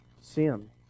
sin